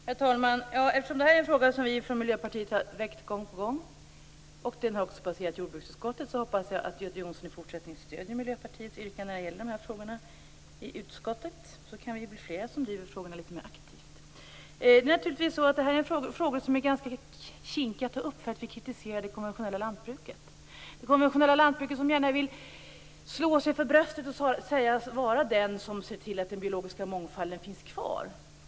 Herr talman! Eftersom detta är en fråga som vi i Miljöpartiet har väckt gång på gång, och eftersom den också passerat jordbruksutskottet, hoppas jag att Göte Jonsson i fortsättningen stöder Miljöpartiets yrkanden i de här frågorna i utskottet. Då kan vi bli fler som driver frågorna litet mer aktivt. Detta är naturligtvis frågor som är ganska kinkiga att ta upp eftersom vi kritiserar det konventionella lantbruket. Det konventionella lantbruket vill ju gärna slå sig för bröstet och säga sig vara det som ser till att den biologiska mångfalden finns kvar.